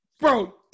bro